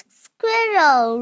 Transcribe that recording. squirrel